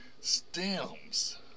stems